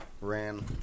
ran